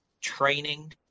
training